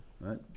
Right